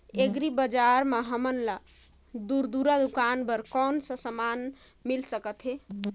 Agri बजार म हमन ला खुरदुरा दुकान बर कौन का समान मिल सकत हे?